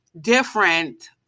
different